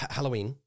Halloween